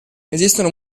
esistono